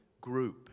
group